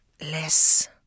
less